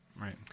Right